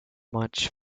match